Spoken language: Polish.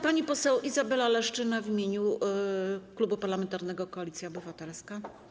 Pani poseł Izabela Leszczyna w imieniu Klubu Parlamentarnego Koalicja Obywatelska.